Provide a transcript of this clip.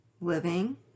living